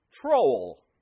Troll